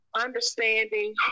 understanding